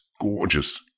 gorgeous